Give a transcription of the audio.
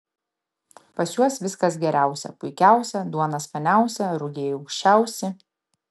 pas juos viskas geriausia puikiausia duona skaniausia rugiai aukščiausi